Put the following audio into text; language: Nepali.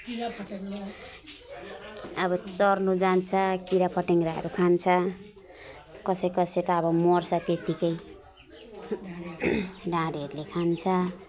अब चर्नु जान्छ किरा फटेङ्ग्राहरू खान्छ कसै कसै त अब मर्छ त्यतिकै ढाडेहरूले खान्छ